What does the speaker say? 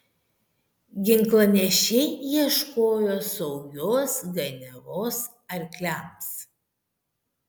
ginklanešiai ieškojo saugios ganiavos arkliams